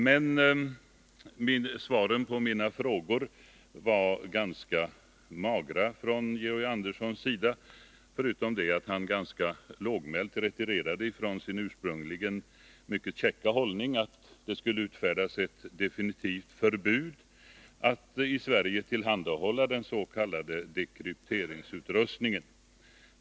Men Georg Anderssons svar på mina frågor var ganska magra, förutom det att han ganska lågmält retirerade från sin ursprungligen mycket käcka hållning att det skulle utfärdas ett definitivt förbud att i Sverige tillhandahålla den s.k. dekrypteringsutrustningen.